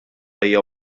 hija